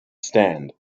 stand